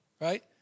right